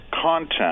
content